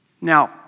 Now